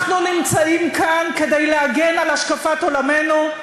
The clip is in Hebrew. אנחנו נמצאים כאן כדי להגן על השקפת עולמנו,